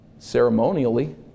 Ceremonially